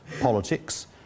politics